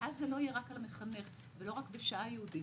ואז זה לא יהיה רק על המחנך ולא רק בשעה הייעודית,